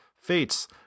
fates